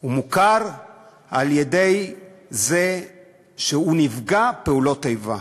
הוא מוכר על-ידי זה שהוא נפגע פעולות איבה.